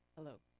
hello,